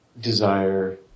Desire